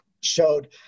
showed